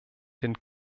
den